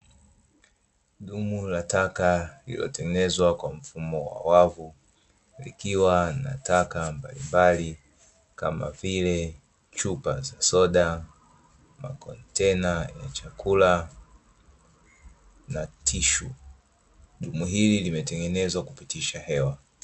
Dumu la taka lililotengenezwa kwa mfumo wa wavu, likiwa na taka mbalimbalikama vile: chupa za soda, makontena ya chakula, na tishu. Dumu hili limetengenezwa kwa kupitisha hewa.